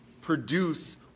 produce